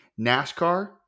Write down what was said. NASCAR